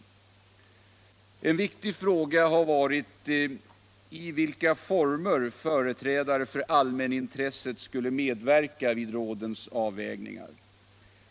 — En viktig fråga har varit i vilka former företrädare för allmänintresset — Forskningsrådsorskulle medverka vid rådens avvägningar.